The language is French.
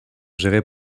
gérés